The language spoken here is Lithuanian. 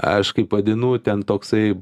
aš kaip vadinu ten toksai